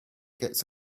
gets